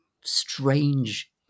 strange